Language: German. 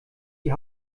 die